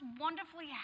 wonderfully